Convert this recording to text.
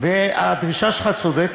והדרישה שלך צודקת.